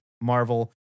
Marvel